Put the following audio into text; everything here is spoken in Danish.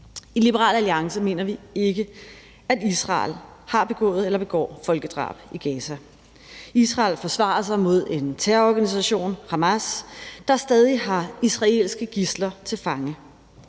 I Liberal Alliance mener vi ikke, at Israel har begået eller begår folkedrab i Gaza. Israel forsvarer sig mod en terrororganisation, Hamas, der stadig holder israelere som gidsler. Vi skal